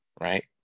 Right